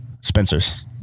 Spencer's